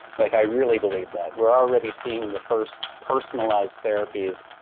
like i really believe that. we're already seeing the first personalized therapies